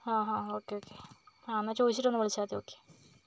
ഹാ ഹാ okay okay ഹാ എന്നാൽ ചോദിച്ചിട്ട് ഒന്ന് വിളിച്ചാൽ മതി ഓക്കേ